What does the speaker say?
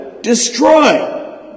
Destroy